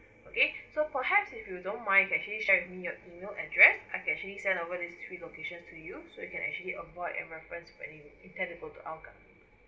okay so perhaps if you don't mind you can actually send me your email address I can actually send over this three locations to you so you can actually onboard and reference for any intend to hougang